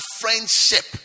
friendship